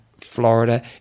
Florida